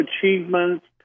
achievements